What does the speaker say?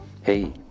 Hey